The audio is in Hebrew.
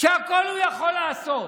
שהכול הוא יכול לעשות.